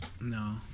No